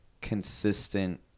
consistent